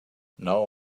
now